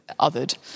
othered